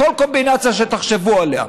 כל קומבינציה שתחשבו עליה.